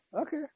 okay